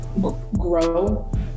grow